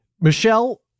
Michelle